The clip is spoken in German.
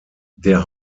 der